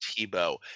Tebow